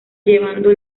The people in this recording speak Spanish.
llevando